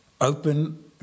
open